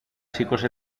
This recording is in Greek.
σήκωσε